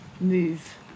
move